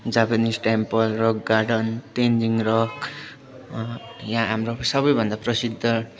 Japanese temple rock garden Tenzing rock यहाँ हाम्रो सबैभन्दा प्रसिद्ध